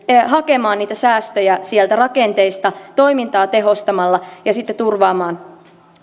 hakemaan niitä säästöjä sieltä rakenteista toimintaa tehostamalla ja sitten turvaamaan